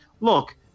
Look